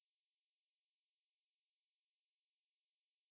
tuktukaela நா ஆரம்பத்துல இருந்தே எனக்கு:naa aarambathula irunthae enakku